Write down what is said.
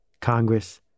Congress